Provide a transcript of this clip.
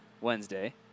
Wednesday